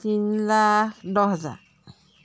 তিনি লাখ দহ হাজাৰ